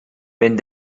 wenn